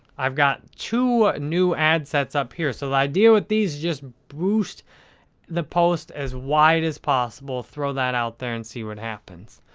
i've got two new ad sets up here, so the idea with these is just boost the post as wide as possible, throw that out there and see what happens.